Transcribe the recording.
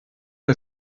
der